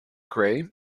grey